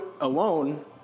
alone